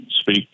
speak